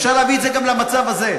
אפשר להביא את זה גם למצב הזה.